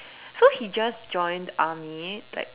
so he just joined army like